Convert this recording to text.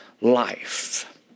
life